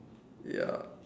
ya